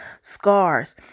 scars